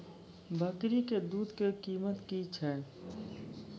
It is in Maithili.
बकरी के दूध के कीमत की छै?